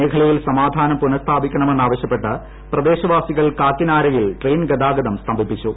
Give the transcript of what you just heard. മേഖലയിൽ സമാധാനം പുനസ്ഥാപിക്കണമെന്നാവശ്യപ്പെട്ട് പ്രദേശവാസികൾ കാക്കിനാരയിൽ ട്രെയിൻ ഗതാഗതം സ്തംഭിപ്പിച്ചു